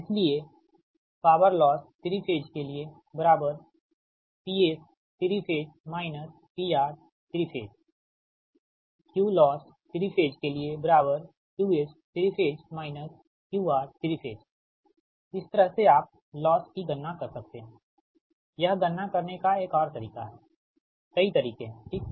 इसलिए Ploss3 Ps3 PR3 Qloss3 Qs3 QR3 इस तरह से आप लॉस की गणना कर सकते हैं यह गणना करने का एक और तरीका है कई तरीके हैं ठीक